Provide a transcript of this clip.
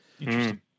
Interesting